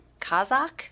Kazakh